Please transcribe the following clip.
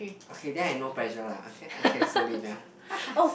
okay then I no pressure lah okay I can slowly ya